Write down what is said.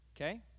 okay